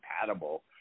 compatible